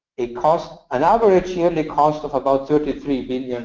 a cost an average yearly cost of about thirty three billion